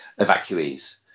evacuees